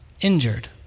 injured